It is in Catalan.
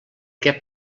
què